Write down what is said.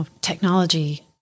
technology